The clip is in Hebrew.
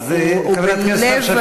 הוא בלב התרבות.